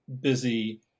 busy